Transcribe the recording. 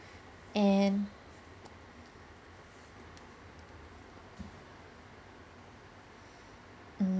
and mm~